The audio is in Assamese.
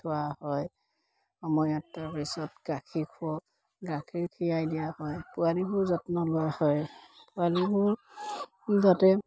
থোৱা হয় সময়ত তাৰ পিছত গাখীৰ খুৱাওঁ গাখীৰ খিৰাই দিয়া হয় পোৱালিবোৰ যত্ন লোৱা হয় পোৱালিবোৰ যাতে